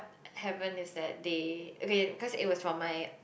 happen is that they okay because it was for my